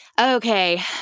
Okay